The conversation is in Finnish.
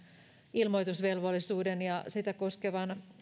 ilmoitusvelvollisuuden ja sitä koskevan